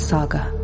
Saga